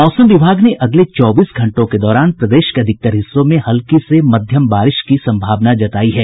मौसम विभाग ने अगले चौबीस घंटों के दौरान प्रदेश के अधिकतर हिस्सों में हल्की से मध्यम बारिश की संभावना जतायी है